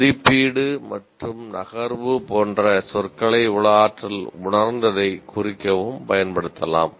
மதிப்பீடு மற்றும் நகர்வு போன்ற சொற்களை உள ஆற்றல் உணர்ந்ததை குறிக்கவும் பயன்படுத்தலாம்